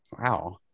Wow